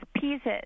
pieces